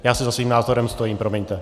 Já si za svým názorem stojím, promiňte.